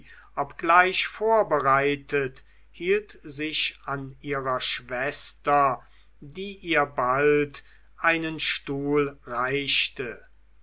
obgleich vorbereitet hielt sich an ihrer schwester die ihr bald einen stuhl reichte